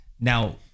Now